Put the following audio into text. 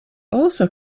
also